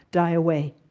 die away.